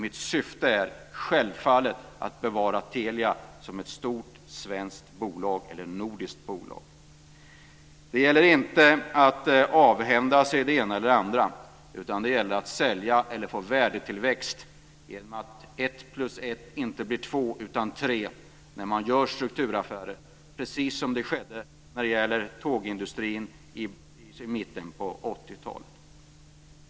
Mitt syfte är självfallet att bevara Telia som ett stort svenskt bolag eller nordiskt bolag. Det gäller inte att avhända sig det ena eller det andra, utan det gäller att sälja eller få värdetillväxt genom att ett plus ett inte blir två utan tre när man gör strukturaffärer, precis som skedde när det gällde tågindustrin i mitten på 80-talet.